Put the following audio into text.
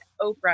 Oprah